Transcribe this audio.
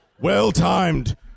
Well-timed